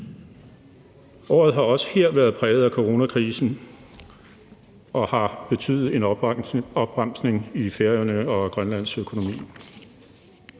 Året har også her været præget af coronakrisen og har betydet en opbremsning i Færøernes og Grønlands økonomi.